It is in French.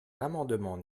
l’amendement